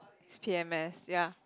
is P_M_S ya